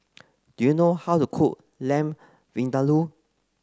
do you know how to cook Lamb Vindaloo